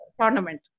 tournament